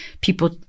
people